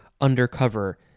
undercover